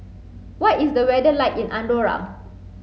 what is the weather like in Andorra